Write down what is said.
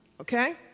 Okay